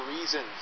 reasons